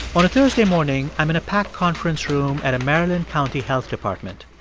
on a thursday morning, i'm in a packed conference room at a maryland county health department.